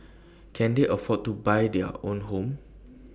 can they afford to buy their own home